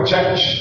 Church